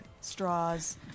straws